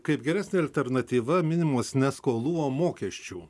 kaip geresnė alternatyva minimos ne skolų o mokesčių